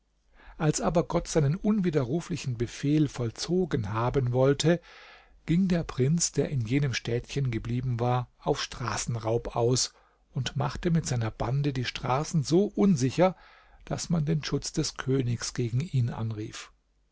als aber gott seinen unwiderruflichen befehl vollzogen haben wollte ging der prinz der in jenem städtchen geblieben war auf straßenraub aus und machte mit seiner bande die straßen so unsicher daß man den schutz des königs gegen ihn anrief